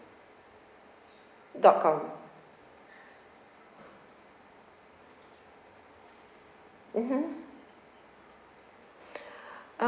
dot com mmhmm um